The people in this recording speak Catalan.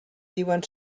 diuen